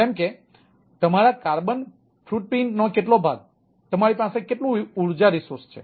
જેમ કે પ્રોવાઇડર કેટલો ભાગ તમારી પાસે કેટલું ઊર્જા રિસોર્સ છે